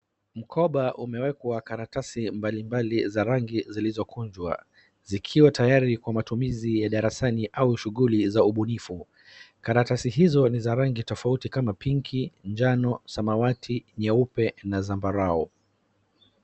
MKobaumewekwa karatasi mbalibali za rangi zilizokunjwa zikiwa tayari kwa matumizi ya darasani au shughuli za ubunifu. Karatasi hizo ni za rangi tofauti kama pinki , njano, samawati, nyeupe na zambarau.